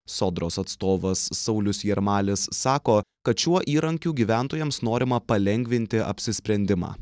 sodros atstovas saulius jarmalis sako kad šiuo įrankiu gyventojams norima palengvinti apsisprendimą